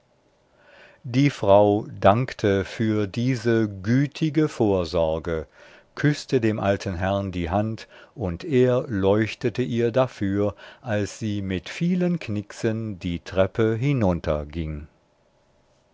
die frau dankte für diese gütige vorsorge küßte dem alten herrn die hand und er leuchtete ihr dafür als sie mit vielen knixen die treppe hinunter